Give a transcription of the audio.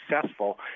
successful